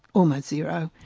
almost zero.